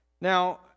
Now